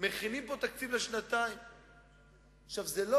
זה לא